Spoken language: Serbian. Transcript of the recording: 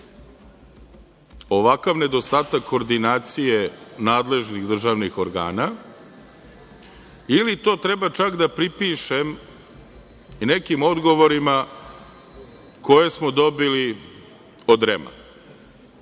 ovakav nedostatak koordinacije nadležnih državnih organa ili to treba čak da pripišem nekim odgovorima koje smo dobili od REM.